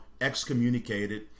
excommunicated